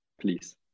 Please